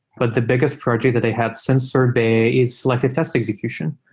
but the biggest project that i had since sorbet is like a test execution,